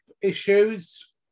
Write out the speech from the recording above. issues